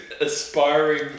aspiring